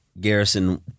Garrison